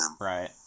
right